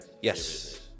Yes